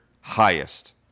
highest